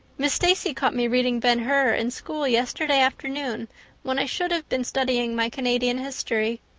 miss stacy caught me reading ben hur in school yesterday afternoon when i should have been studying my canadian history.